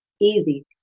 easy